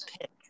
pick